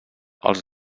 els